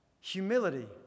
Humility